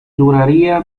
duraría